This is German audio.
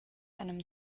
einem